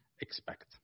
expect